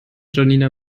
janina